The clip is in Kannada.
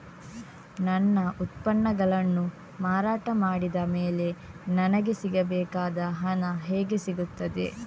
ನನ್ನ ಉತ್ಪನ್ನಗಳನ್ನು ಮಾರಾಟ ಮಾಡಿದ ಮೇಲೆ ನನಗೆ ಸಿಗಬೇಕಾದ ಹಣ ಹೇಗೆ ಸಿಗುತ್ತದೆ?